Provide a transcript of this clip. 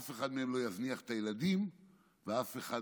אף אחת מהן לא תזניח את הילדים ואף אחת